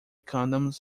condoms